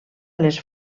les